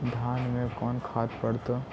धान मे कोन खाद पड़तै?